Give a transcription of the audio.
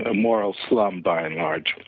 ah more of slum by enlarge,